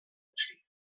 entstehen